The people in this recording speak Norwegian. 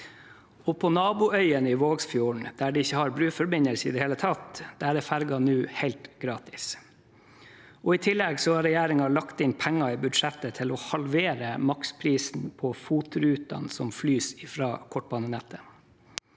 På naboøyene i Vågsfjorden, der de ikke har broforbindelse i det hele tatt, er ferja nå helt gratis. I tillegg har regjeringen lagt inn penger i budsjettet til å halvere maksprisen på FOT-rutene som flys fra kortbanenettet.